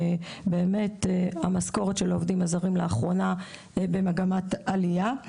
והמשכורת שלהם נמצאת לאחרונה במגמת עלייה.